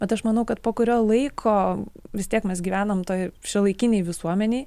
bet aš manau kad po kurio laiko vis tiek mes gyvenam toje šiuolaikinėj visuomenėj